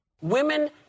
Women